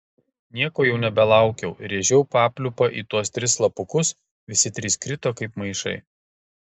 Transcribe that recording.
nieko jau nebelaukiau rėžiau papliūpą į tuos tris slapukus visi trys krito kaip maišai